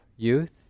Youth